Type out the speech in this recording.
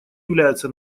является